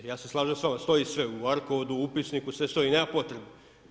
Ja se slažem s vama, stoji sve u Arkodu, u Upisniku, sve stoji i nema potrebe.